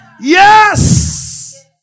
Yes